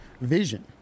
vision